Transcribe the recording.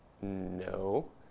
no